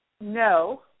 no